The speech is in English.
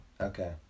Okay